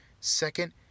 second